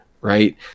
right